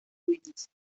ruinas